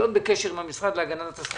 אלה המיליארדים שמושקעים וזה בלתי התקציבים